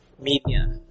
media